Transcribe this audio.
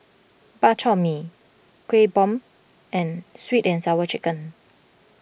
Bak Chor Mee Kueh Bom and Sweet and Sour Chicken